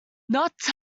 not